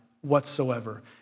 whatsoever